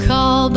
Call